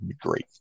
Great